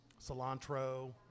cilantro